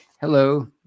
Hello